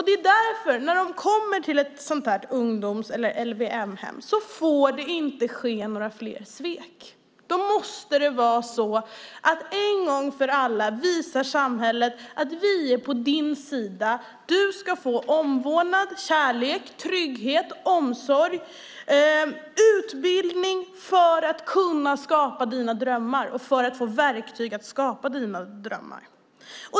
Det är därför det inte, när de kommer till ett ungdoms eller LVM-hem, får ske några fler svek. Då måste samhället en gång för alla säga: Vi är på din sida. Du ska få omvårdnad, kärlek, trygghet, omsorg och utbildning för att få verktyg att skapa dina drömmar.